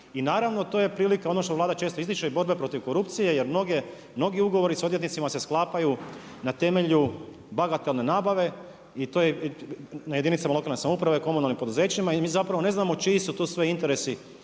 I naravno to je prilika ono što Vlada često ističe borba protiv korupcije, jer mnogi ugovori sa odvjetnicima se sklapaju na temelju bagatelne nabave i to je na jedinicama lokalne samouprave, komunalnim poduzećima i mi zapravo ne znamo čiji se sve to interesi